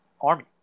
Army